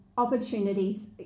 opportunities